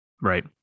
right